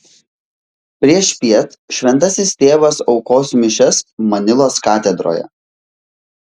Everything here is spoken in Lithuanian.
priešpiet šventasis tėvas aukos mišias manilos katedroje